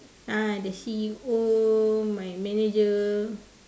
ah the C_E_O my manager